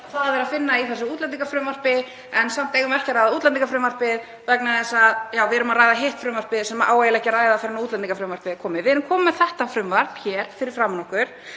það er að finna í þessu útlendingafrumvarpi en samt eigum við ekki að ræða útlendingafrumvarpið vegna þess að við erum að ræða hitt frumvarpið sem á eiginlega ekki að ræða fyrr en útlendingafrumvarpið er komið. Við erum komin með þetta frumvarp hér fyrir framan okkur.